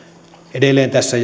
edelleen tässä